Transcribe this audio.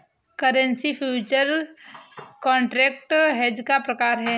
currency future contract hedge का प्रकार है